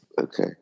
Okay